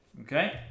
Okay